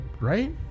right